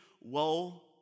woe